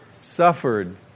Suffered